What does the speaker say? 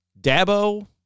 Dabo